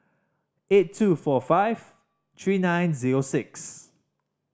eight two four five three nine zero six